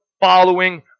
following